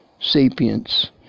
sapiens